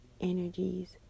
energies